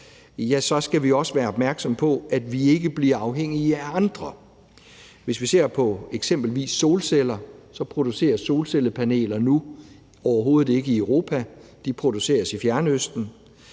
skal vi også være opmærksomme på, at vi ikke bliver afhængige af andre. Hvis vi ser på eksempelvis solceller, produceres solcellepaneler nu overhovedet ikke i Europa; de produceres i Fjernøsten.